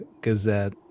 gazette